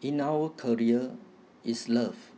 in our career is love